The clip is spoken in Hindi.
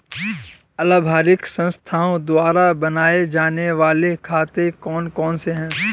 अलाभकारी संस्थाओं द्वारा बनाए जाने वाले खाते कौन कौनसे हैं?